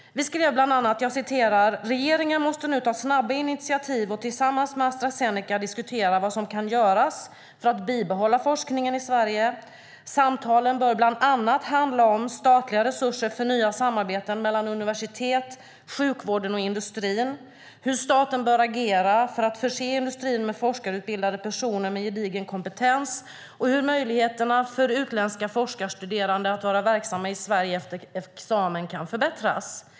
Vi skrev bland annat: "Regeringen måste nu ta snabba initiativ och tillsammans med Astra Zeneca diskutera vad som kan göras för att bibehålla forskningen i Sverige. Samtalen bör bland annat handla om statliga resurser för nya samarbeten mellan universiteten, sjukvården och industrin, hur staten bör agera för att förse industrin med forskarutbildade personer med gedigen kompetens och hur möjligheterna för utländska forskarstuderande att vara verksamma i Sverige efter examen kan förbättras.